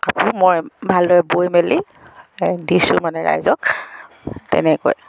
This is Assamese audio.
কাপোৰ মই ভালদৰ বৈ মেলি প্ৰায় দিছোঁ মানে ৰাইজক তেনেকৈ